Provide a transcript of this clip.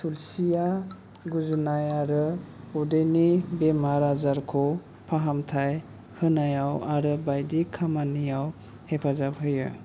थुलसिया गुजुनाय आरो उदैनि बेमार आजारखौ फाहामथाय होनायाव आरो बायदि खामानियाव हेफाजाब होयो